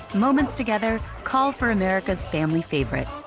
moments together call for america's family favorite.